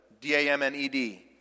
d-a-m-n-e-d